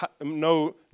no